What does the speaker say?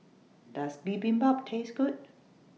Does Bibimbap Taste Good